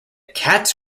katz